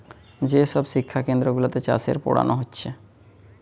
যে সব শিক্ষা কেন্দ্র গুলাতে চাষের পোড়ানা হচ্ছে